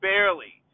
Barely